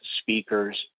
speakers